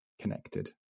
connected